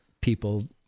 people